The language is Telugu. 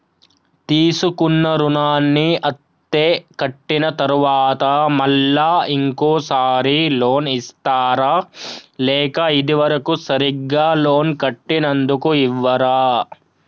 తీసుకున్న రుణాన్ని అత్తే కట్టిన తరువాత మళ్ళా ఇంకో సారి లోన్ ఇస్తారా లేక ఇది వరకు సరిగ్గా లోన్ కట్టనందుకు ఇవ్వరా?